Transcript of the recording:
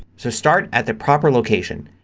so start at the proper location.